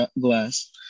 glass